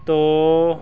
ਤੋਂ